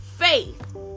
faith